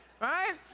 Right